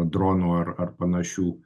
dronų ar ar panašių